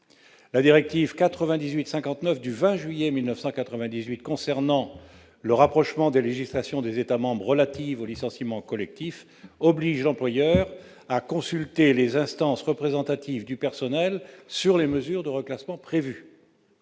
La directive 98-59 du 20 juillet 1998 concernant le rapprochement des législations des États membres relatives aux licenciements collectifs oblige l'employeur à consulter les instances représentatives du personnel sur les mesures de reclassement prévues.